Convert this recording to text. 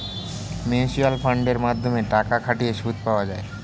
mutual ফান্ডের মাধ্যমে টাকা খাটিয়ে সুদ পাওয়া যায়